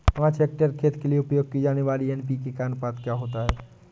पाँच हेक्टेयर खेत के लिए उपयोग की जाने वाली एन.पी.के का अनुपात क्या होता है?